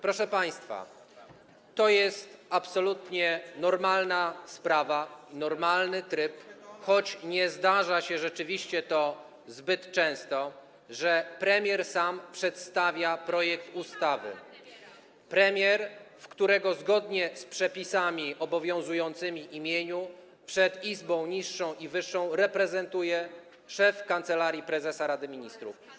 Proszę państwa, to jest absolutnie normalna sprawa, normalny tryb, choć nie zdarza się rzeczywiście to zbyt często, że premier sam przedstawia projekt ustawy, premier, którego zgodnie z przepisami obowiązującymi przed Izbą niższą i wyższą reprezentuje szef Kancelarii Prezesa Rady Ministrów.